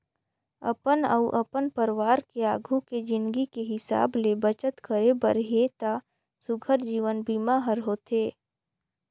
अपन अउ अपन परवार के आघू के जिनगी के हिसाब ले बचत करे बर हे त सुग्घर जीवन बीमा हर होथे